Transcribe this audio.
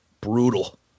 Brutal